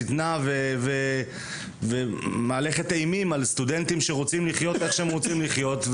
שטנה ומהלכת אימים על סטודנטים שרוצים לחיות איך שהם רוצים לחיות,